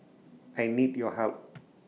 I need your help